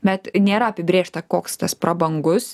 bet nėra apibrėžta koks tas prabangus